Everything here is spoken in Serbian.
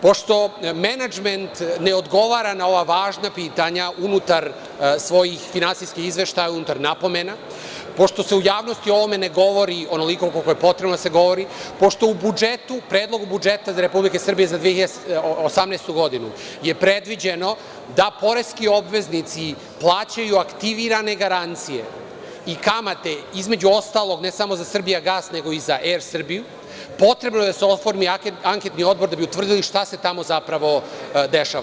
Pošto menadžment ne odgovara na ova važna pitanja unutar svojih finansijskih izveštaja, unutar napomena, pošto se u javnosti o ovome ne govori onoliko koliko je potrebno da se govori, pošto u budžetu, predlogu budžeta Republike Srbije za 2018. je predviđeno da poreski obveznici plaćaju aktivirane garancije i kamate, između ostalog ne samo za „Srbijagas“, nego i za „Er Srbiju“, potrebno je da se oformi anketni odbor da bi utvrdili šta se tamo zapravo dešava.